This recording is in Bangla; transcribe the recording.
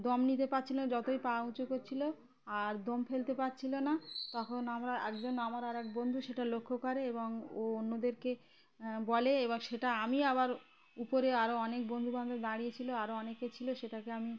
দম নিতে পারছিল না যতই পা উঁচু করছিল আর দম ফেলতে পারছিল না তখন আমরা একজন আমার আর এক বন্ধু সেটা লক্ষ্য করে এবং ও অন্যদেরকে বলে এবং সেটা আমি আবার উপরে আরও অনেক বন্ধুবান্ধব দাঁড়িয়েছিল আরও অনেকে ছিল সেটাকে আমি